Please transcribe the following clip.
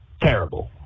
Terrible